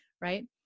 right